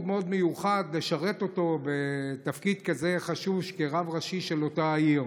מאוד מיוחד לשרת אותו בתפקיד כזה חשוב כרב ראשי של אותה עיר.